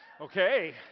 Okay